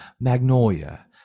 magnolia